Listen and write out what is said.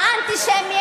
האנטישמיים,